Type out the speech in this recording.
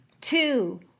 two